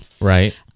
right